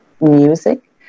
music